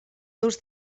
dus